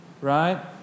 right